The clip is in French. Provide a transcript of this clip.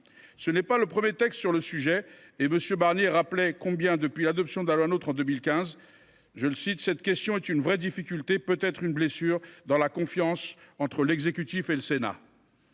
loi n’est pas le premier texte sur le sujet. M. Barnier rappelait ainsi que, depuis l’adoption de la loi NOTRe en 2015, « cette question […] est une vraie difficulté, peut être une blessure dans la confiance entre l’exécutif et le Sénat ».